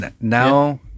now